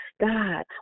God